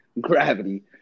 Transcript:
gravity